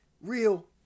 real